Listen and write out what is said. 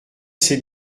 sait